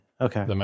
okay